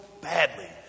badly